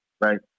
right